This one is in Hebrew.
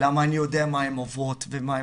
למה אני יודע מה הם עוברים ועברות.